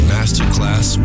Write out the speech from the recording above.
Masterclass